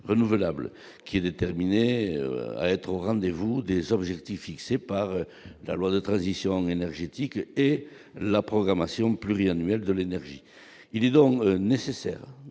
qui est déterminé à être au rendez-vous des objectifs fixés par la loi de transition énergétique et la programmation pluriannuelle de l'énergie, il est donc nécessaire